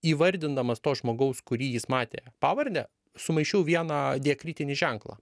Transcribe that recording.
įvardindamas to žmogaus kurį jis matė pavardę sumaišiau vieną diakritinį ženklą